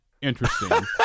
interesting